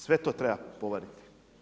Sve to treba povaditi.